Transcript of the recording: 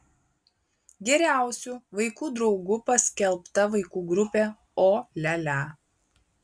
geriausiu vaikų draugu paskelbta vaikų grupė o lia lia